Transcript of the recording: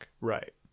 Right